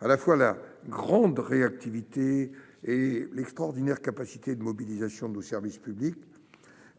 a montré la grande réactivité et l'extraordinaire capacité de mobilisation de nos services publics